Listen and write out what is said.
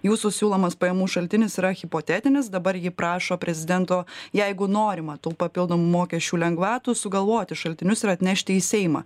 jūsų siūlomas pajamų šaltinis yra hipotetinis dabar ji prašo prezidento jeigu norima tų papildomų mokesčių lengvatų sugalvoti šaltinius ir atnešti į seimą